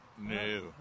No